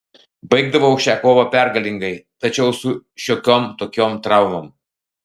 baigdavau šią kovą pergalingai tačiau su šiokiom tokiom traumom